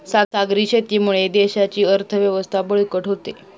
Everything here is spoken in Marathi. सागरी शेतीमुळे देशाची अर्थव्यवस्था बळकट होते